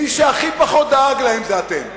מי שהכי פחות דאג להם זה אתם.